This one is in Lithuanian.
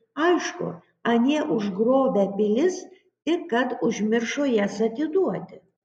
aišku anie užgrobę pilis tik kad užmiršo jas atiduoti